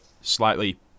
slightly